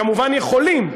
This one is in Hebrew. כמובן יכולים,